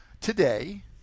Today